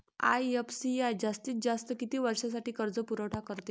IFCI जास्तीत जास्त किती वर्षासाठी कर्जपुरवठा करते?